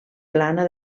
plana